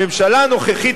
הממשלה הנוכחית,